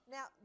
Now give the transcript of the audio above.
Now